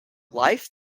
life